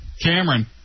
Cameron